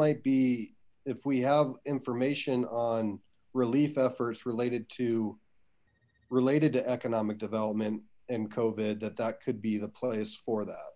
might be if we have information on relief efforts related to related to economic development and co bid that that could be the place or that